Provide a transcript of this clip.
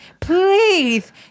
Please